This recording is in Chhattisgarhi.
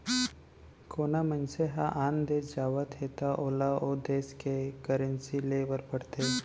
कोना मनसे ह आन देस जावत हे त ओला ओ देस के करेंसी लेय बर पड़थे